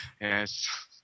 Yes